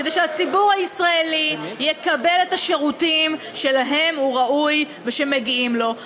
כדי שהציבור הישראלי יקבל את השירותים שלהם הוא ראוי ושמגיעים לו.